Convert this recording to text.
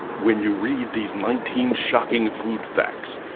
when you read these nineteen shocking food facts,